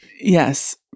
Yes